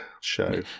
show